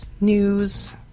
news